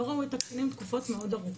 לא ראו את הקטינים תקופות מאוד ארוכות.